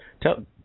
Tell